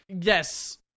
yes